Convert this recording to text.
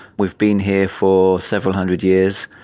we've been here for several hundred years.